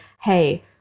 hey